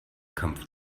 kampf